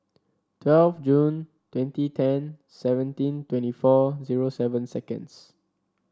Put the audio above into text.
twelve June twenty ten seventeen twenty four zero seven seconds